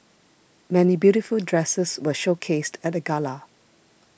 many beautiful dresses were showcased at the gala